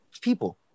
people